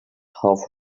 half